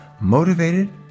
motivated